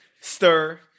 Stir